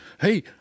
Hey